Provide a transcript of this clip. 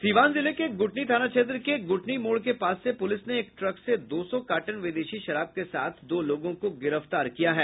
सीवान जिले के गूठनी थाना क्षेत्र के गूठनी मोड़ के पास से पूलिस ने एक ट्रक से दो सौ कार्टन विदेशी शराब के साथ दो लोगों को गिरफ्तार किया है